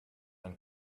and